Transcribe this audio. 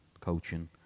coaching